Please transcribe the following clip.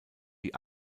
die